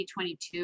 2022